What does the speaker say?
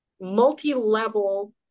multi-level